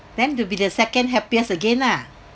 then to be the second happiest again ah